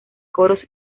coros